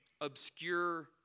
obscure